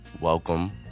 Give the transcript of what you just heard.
welcome